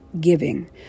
giving